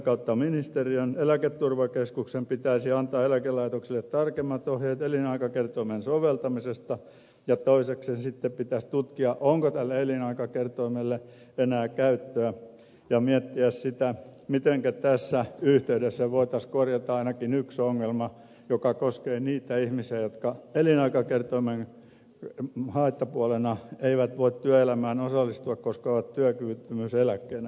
ensinnäkin ministeriön eläketurvakeskuksen pitäisi antaa eläkelaitoksille tarkemmat ohjeet elinaikakertoimen soveltamisesta ja toiseksi sitten pitäisi tutkia onko tälle elinaikakertoimelle enää käyttöä ja miettiä sitä mitenkä tässä yhteydessä voitaisiin korjata ainakin yksi ongelma joka koskee niitä ihmisiä jotka elinaikakertoimen haittapuolena eivät voi työelämään osallistua koska ovat työkyvyttömyyseläkkeellä